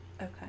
Okay